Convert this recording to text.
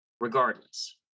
regardless